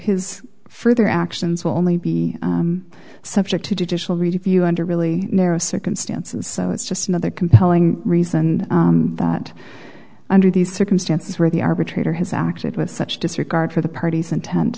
his further actions will only be subject to judicial review under really narrow circumstances so it's just another compelling reason that under these circumstances where the arbitrator has acted with such disregard for the party's intent